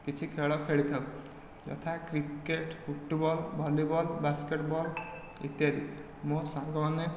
କିଛି ଖେଳ ଖେଳିଥାଉ ଯଥା କ୍ରିକେଟ ଫୁଟବଲ ଭଲିବଲ ବାସ୍କେଟବଲ ଇତ୍ୟାଦି ମୋ ସାଙ୍ଗ ମାନେ